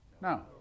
No